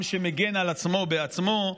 עם שמגן על עצמו בעצמו,